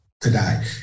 today